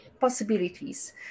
possibilities